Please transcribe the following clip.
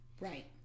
Right